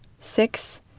six